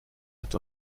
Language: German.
hat